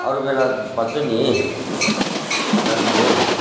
अरू बेला भन्छु नि जान्छु